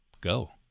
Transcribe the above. go